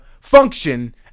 function